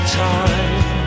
time